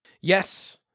Yes